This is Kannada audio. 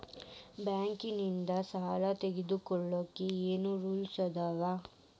ಬ್ಯಾಂಕ್ ನಿಂದ್ ಸಾಲ ತೊಗೋಳಕ್ಕೆ ಏನ್ ರೂಲ್ಸ್ ಅದಾವ?